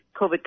COVID